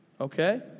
Okay